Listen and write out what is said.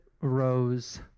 rose